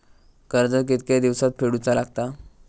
कर्ज कितके दिवसात फेडूचा लागता?